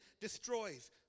destroys